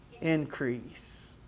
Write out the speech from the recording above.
increase